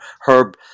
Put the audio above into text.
Herb